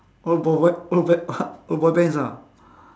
old bo~ what old ba~ old boy bands ah